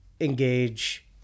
engage